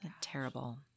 Terrible